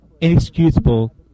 inexcusable